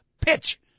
pitch